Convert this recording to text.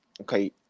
okay